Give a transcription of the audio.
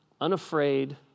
unafraid